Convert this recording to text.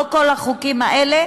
לא כל החוקים האלה